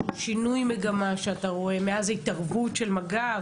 שינוי מגמה מאז ההתערבות של מג"ב